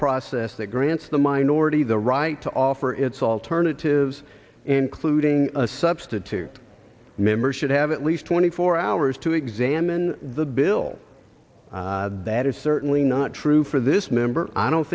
process that grants the minority the right to offer its alternatives including a substitute member should have at least twenty four hours to examine the bill that is certainly not true for this member i don't